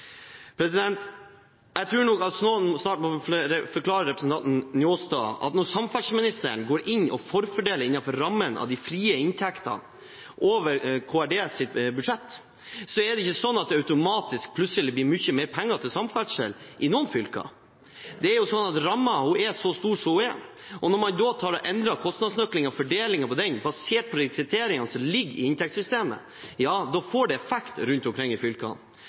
Jeg tror noen snart må forklare representanten Njåstad at når samferdselsministeren går inn og forfordeler innenfor rammen av de frie inntektene over Kommunal- og regionaldepartementets budsjett, blir det ikke automatisk og plutselig mye mer penger til samferdsel i noen fylker. Rammen er så stor som den er. Når man endrer kostnadsnøkkelen og fordelingen i den, basert på de kriteriene som ligger i inntektssystemet, får det effekt rundt omkring i fylkene.